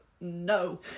no